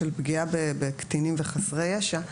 של פגיעה בקטינים וחסרי ישע,